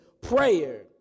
prayer